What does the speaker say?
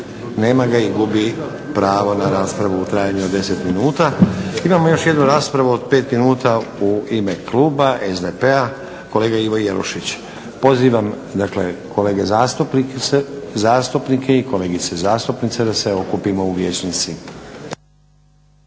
Nema ga i gubi pravo na raspravu u trajanju od 10 minuta. Imamo još jednu raspravu u trajanju od 5 minuta u ime kluba SDP-a kolega Ivo Jelušić. Pozivam kolege zastupnike i kolegice zastupnice da se okupimo u vijećnici.